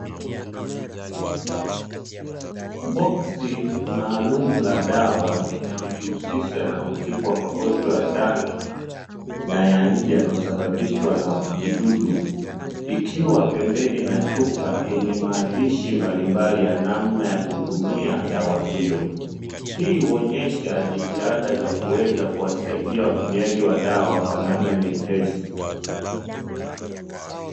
Boksi maalumu la dawa, linalojihusisha na utibu wa magonjwa ya ndani na ya nje yanayosababishwa na vijidudu. Ikiwa pembeni na chupa yenye maandishi mbalimbali, ya namna ya kutumia dawa hiyo. Hii huonesha jitihada za kuweza kuwasaidia watumiaji wa dawa kwa namna nyepesi.